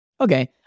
Okay